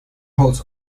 holds